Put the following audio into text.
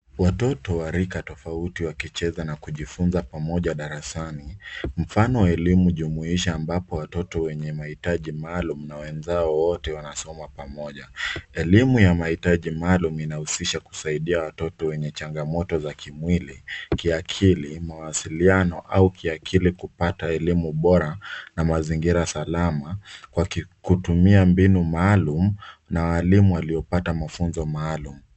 Ni watoto wa rika tofauti wakicheza na kujifunza pamoja darasani . Mfano wa elimu jumuishi ambapo watoto wenye mahitaji maalum na wenzao wote wanasoma pamoja. Elimu ya mahitaji maalum inahusisha kusaidia watoto wenye changamoto za kimwili, kiakili, mawasiliano au kiakili kupata elimu bora na mazingira salama wakitumia mbinu maalum na walimu waliopata mafunzo maalum.